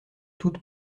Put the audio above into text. toutes